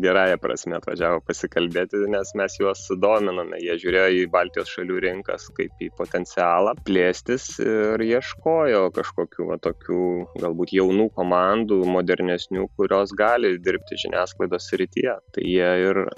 gerąja prasme atvažiavo pasikalbėti nes mes juos sudominome jie žiūrėjo į baltijos šalių rinkas kaip į potencialą plėstis ir ieškojo kažkokių va tokių galbūt jaunų komandų modernesnių kurios gali dirbti žiniasklaidos srityje tai jie ir